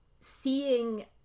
seeing